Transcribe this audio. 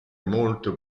molto